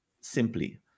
simply